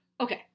okay